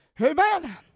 Amen